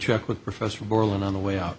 check with professor berlin on the way out